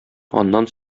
аннан